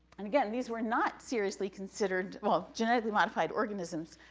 and again, these were not seriously considered, well, genetically modified organisms,